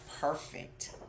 perfect